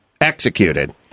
executed